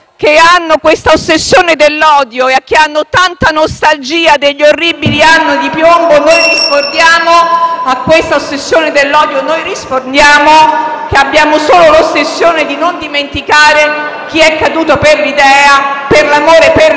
che hanno questa ossessione dell'odio e che hanno tanta nostalgia degli orribili anni di piombo, rispondiamo che noi abbiamo solo l'ossessione di non dimenticare chi è caduto per l'idea, per l'amore per